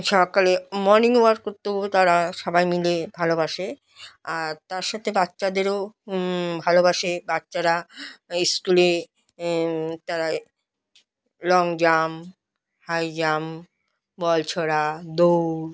সকালে morning walk করতেও তারা সবাই মিলে ভালোবাসে আর তার সাথে বাচ্চাদেরও ভালোবাসে বাচ্চারা স্কুলে তারা long jump high jump ball ছোঁড়া দৌড়